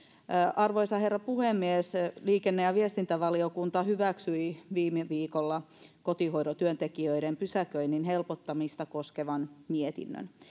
arvoisa herra puhemies liikenne ja viestintävaliokunta hyväksyi viime viikolla kotihoidon työntekijöiden pysäköinnin helpottamista koskevan mietinnön